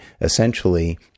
essentially